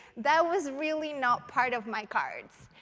that was really not part of my cards.